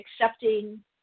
accepting